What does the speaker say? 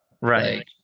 Right